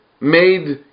made